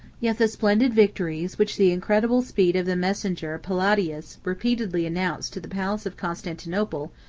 yet the splendid victories which the incredible speed of the messenger palladius repeatedly announced to the palace of constantinople,